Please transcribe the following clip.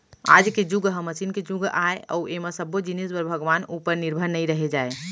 आज के जुग ह मसीन के जुग आय अउ ऐमा सब्बो जिनिस बर भगवान उपर निरभर नइ रहें जाए